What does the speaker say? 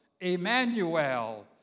Emmanuel